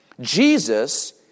Jesus